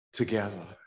together